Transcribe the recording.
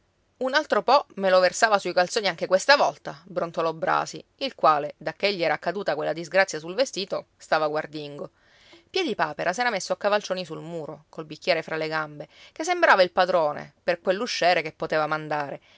un altro po me lo versava sui calzoni anche questa volta brontolò brasi il quale dacché gli era accaduta quella disgrazia sul vestito stava guardingo piedipapera s'era messo a cavalcioni sul muro col bicchiere fra le gambe che sembrava il padrone per quell'usciere che poteva mandare